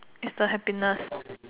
is the happiness